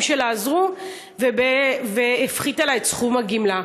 שלה עזרו לה בו והפחיתה לה את סכום הגמלה.